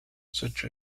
such